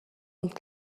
und